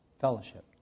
Fellowship